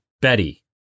Betty